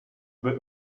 über